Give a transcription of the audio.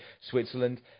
Switzerland